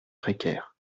précaires